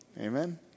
Amen